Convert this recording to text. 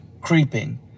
creeping